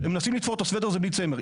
הם מנסים לתפור את הסוודר הזה בלי צמר.